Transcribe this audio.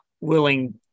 willing